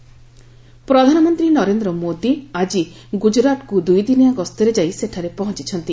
PM ପ୍ରଧାନମନ୍ତ୍ରୀ ନରେନ୍ଦ୍ର ମୋଦୀ ଆଜି ଗୁଜରାଟକୁ ଦୁଇଦିନିଆ ଗସ୍ତରେ ଯାଇ ସେଠାରେ ପହଞ୍ଚୁଛନ୍ତି